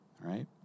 right